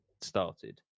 started